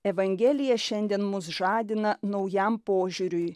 evangelija šiandien mus žadina naujam požiūriui